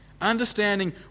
Understanding